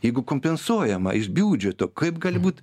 jeigu kompensuojama iš biudžeto kaip gali būt